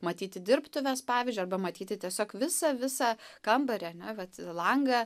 matyti dirbtuves pavyzdžiui arba matyti tiesiog visą visą kambarį ane vat langą